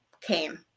came